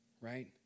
right